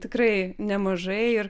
vau tikrai nemažai ir